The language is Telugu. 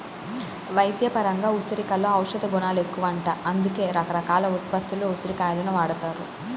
వైద్యపరంగా ఉసిరికలో ఔషధగుణాలెక్కువంట, అందుకే రకరకాల ఉత్పత్తుల్లో ఉసిరి కాయలను వాడతారు